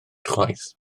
chwaith